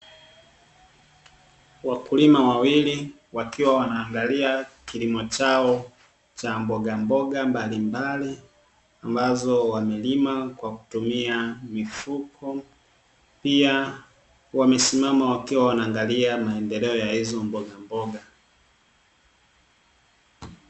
Wakulima wawili wakiwa wanaangalia kilimo chao cha mboga mboga mbalimbali, ambazo wamelima kwa kutumia mifuko, pia wamesimama wakiwa wanaangalia maendeleo ya hizo mboga mboga.